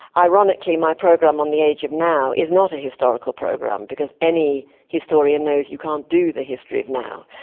ironically my program on the age of now is not a historical program because any historian knows you can't do the history of now.